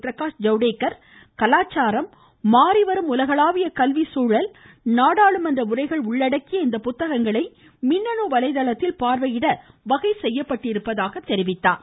பிரகாஷ் ஜவ்டேகர் கலாச்சாரம் மாறிவரும் உலகளாவிய கல்வி சூழல் நாடாளுமன்ற உரைகள் உள்ளடக்கிய இந்த புத்தகங்களை மின்னணு வலைதளத்தில் பார்வையிட வகை செய்யப்பட்டிருப்பதாக குறிப்பிட்டார்